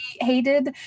hated